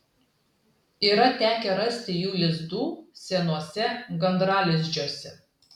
yra tekę rasti jų lizdų senuose gandralizdžiuose